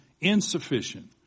insufficient